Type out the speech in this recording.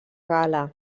gala